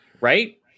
right